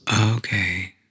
Okay